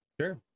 Sure